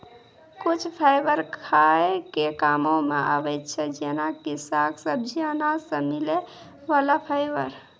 कुछ फाइबर खाय के कामों मॅ आबै छै जेना कि साग, सब्जी, अनाज सॅ मिलै वाला फाइबर